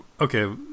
okay